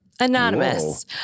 Anonymous